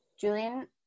Julian